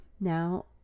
Now